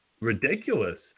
ridiculous